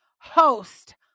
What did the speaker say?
host